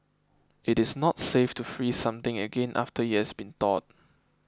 it is not safe to freeze something again after it has been thawed